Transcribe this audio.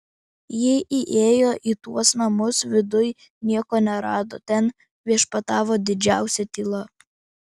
ji įėjo į tuos namus viduj nieko nerado ten viešpatavo didžiausia tyla